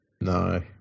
No